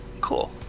cool